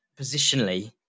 positionally